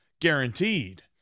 Guaranteed